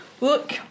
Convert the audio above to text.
Look